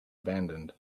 abandoned